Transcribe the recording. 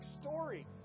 story